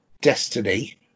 Destiny